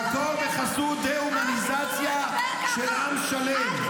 -- והכול בחסות דה-הומניזיציה של עם שלם.